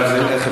תודה, אדוני.